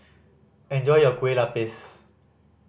enjoy your kue lupis